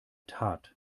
tat